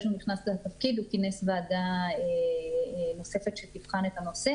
שהוא נכנס לתפקיד הוא כינס ועדה נוספת שתבחן את הנושא.